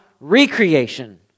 recreation